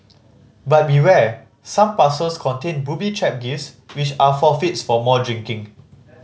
but beware some parcels contain booby trap gifts which are forfeits for more drinking